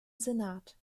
senat